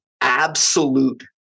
absolute